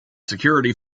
security